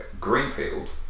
greenfield